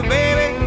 baby